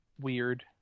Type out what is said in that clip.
Weird